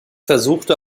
versuchte